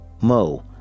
Mo